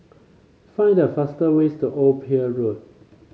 find the fast way to Old Pier Road